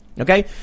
Okay